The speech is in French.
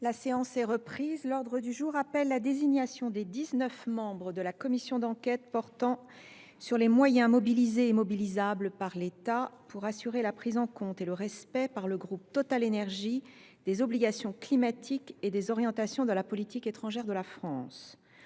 La séance est reprise. L’ordre du jour appelle la désignation des dix neuf membres de la commission d’enquête portant sur les moyens mobilisés et mobilisables par l’État pour assurer la prise en compte et le respect par le groupe TotalEnergies des obligations climatiques et des orientations de la politique étrangère de la France.